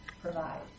provide